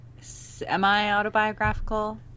semi-autobiographical